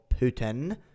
Putin—